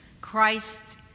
Christ